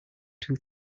two